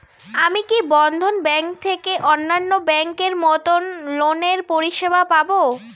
আমি কি বন্ধন ব্যাংক থেকে অন্যান্য ব্যাংক এর মতন লোনের পরিসেবা পাব?